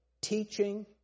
teaching